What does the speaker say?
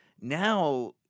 Now